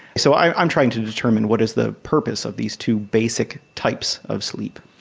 so i'm i'm trying to determine what is the purpose of these two basic types of sleep.